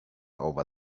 over